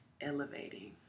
elevating